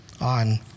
on